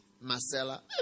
Marcella